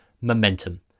momentum